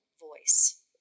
voice